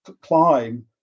climb